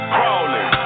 Crawling